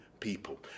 people